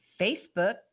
Facebook